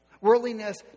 Worldliness